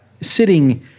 sitting